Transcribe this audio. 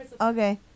Okay